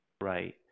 Right